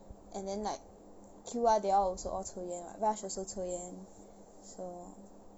and then like Q R they also all 抽烟 [what] raj also mandarin>抽烟:chou yan so